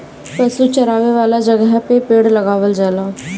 पशु चरावे वाला जगहे पे पेड़ लगावल जाला